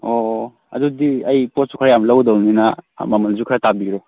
ꯑꯣ ꯑꯗꯨꯗꯤ ꯑꯩ ꯄꯣꯠꯁꯨ ꯈꯔ ꯌꯥꯝ ꯂꯧꯒꯗꯧꯅꯤꯅ ꯃꯃꯟꯁꯨ ꯈꯔ ꯇꯥꯕꯤꯔꯣ